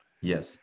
Yes